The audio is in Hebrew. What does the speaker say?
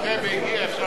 הרבי הגיע, אפשר להמשיך.